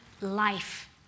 life